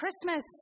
Christmas